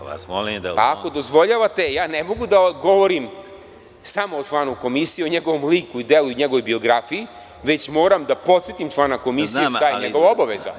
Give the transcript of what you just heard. Ako dozvoljavate, ne mogu da govorim samo o članu Komisije, o njegovom liku i delu, njegovoj biografiji, već moram da podsetim člana Komisije šta je njegova obaveza.